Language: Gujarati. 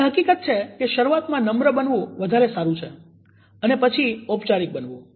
એ હકીકત છે કે શરૂઆતમાં નમ્ર બનવું વધારે સારું છે અને પછી ઔપચારિક બનવું